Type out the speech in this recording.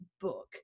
book